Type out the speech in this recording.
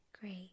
Great